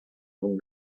among